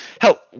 help